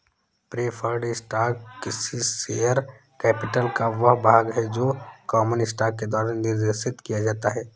preferred stock किसी share capital का वह भाग है जो कॉमन स्टॉक के द्वारा निर्देशित नहीं किया जाता है